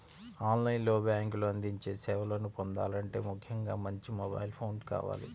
on line లో బ్యేంకులు అందించే సేవలను పొందాలంటే ముఖ్యంగా మంచి మొబైల్ ఫోన్ కావాలి